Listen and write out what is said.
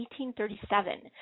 1837